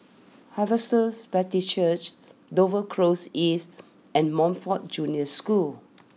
Harvester Baptist Church Dover close East and Montfort Junior School